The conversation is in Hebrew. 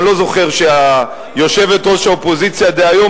אני לא זוכר שיושבת-ראש האופוזיציה דהיום